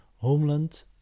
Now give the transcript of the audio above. Homeland